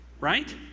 right